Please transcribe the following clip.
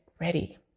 ready